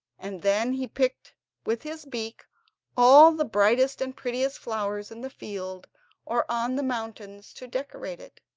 and then he picked with his beak all the brightest and prettiest flowers in the fields or on the mountains to decorate it.